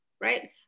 right